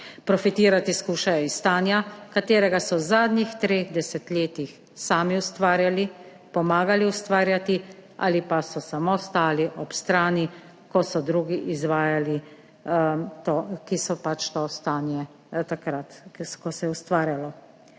Profitirati skušajo iz stanja, katerega so v zadnjih treh desetletjih sami ustvarjali, pomagali ustvarjati ali pa so samo stali ob strani, ki so pač to stanje takrat, ko se je ustvarjalo.